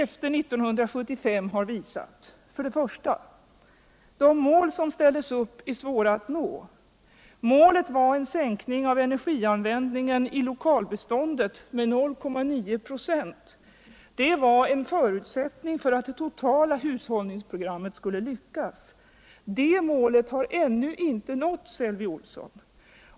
i. De mål som ställdes upp är svåra att nå. Målet var en sänkning av energian vändningen ilokalbeståndet med 0,9 26. Det var en förutsättning för att det totala hushållningsprogrammet skulle tvckas. Det målet har ännu inte nåtts, Elvy Olsson.